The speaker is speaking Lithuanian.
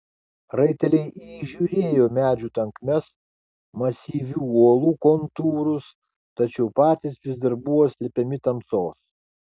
raiteliai įžiūrėjo medžių tankmes masyvių uolų kontūrus tačiau patys vis dar buvo slepiami tamsos